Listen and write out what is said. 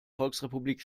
volksrepublik